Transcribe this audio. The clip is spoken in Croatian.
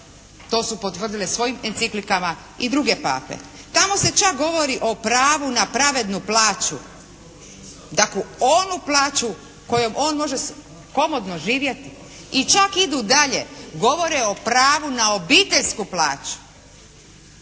to su potvrdile svojim enciklikama i druge pape. Tamo se čak govori o pravu na pravednu plaću, dakle onu plaću kojom on može komodno živjeti i čak idu dalje, govore o pravu na obiteljsku plaću